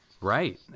Right